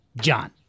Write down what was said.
John